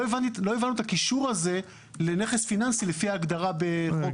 לא הבנו את הקישור הזה לנכס פיננסי לפי ההגדרה בחוק